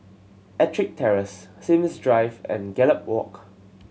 Ettrick Terrace Sims Drive and Gallop Walk